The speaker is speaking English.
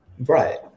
Right